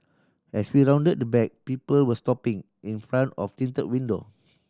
as we rounded the back people were stopping in front of tinted window